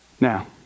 Now